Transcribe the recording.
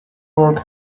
work